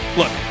look